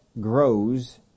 grows